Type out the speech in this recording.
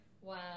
Wow